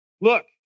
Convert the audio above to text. Look